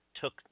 took